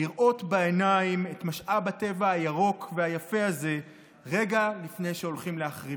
לראות בעיניים את משאב הטבע הירוק והיפה הזה רגע לפני שהולכים להחריבו.